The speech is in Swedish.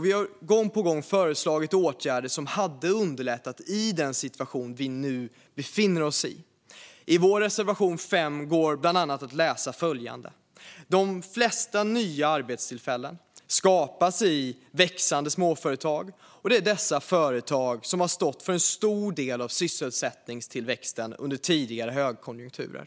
Vi har gång på föreslagit åtgärder som hade underlättat i den situation där vi nu befinner oss. I vår reservation 5 kan man läsa följande: "De flesta nya arbetstillfällen skapas i växande små företag, och det är dessa företag som har stått för en stor del av sysselsättningstillväxten under tidigare högkonjunkturer."